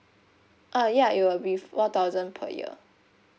uh ya it will be four thousand per year